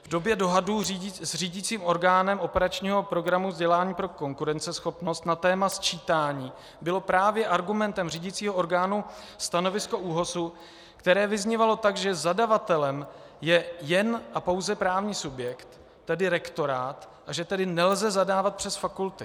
V době dohadů s řídicím orgánem operačního programu Vzdělávání pro konkurenceschopnost na téma sčítání bylo právě argumentem řídicího orgánu stanovisko ÚOHS, které vyznívalo tak, že zadavatelem je jen a pouze právní subjekt, tedy rektorát, a že tedy nelze zadávat přes fakulty.